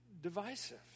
divisive